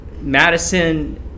Madison